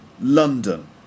London